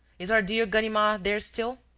is our dear ganimard there still.